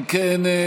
אם כן,